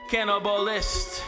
Cannibalist